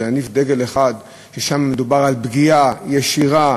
להניף דגל אחד ששם מדובר על פגיעה ישירה,